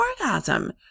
orgasm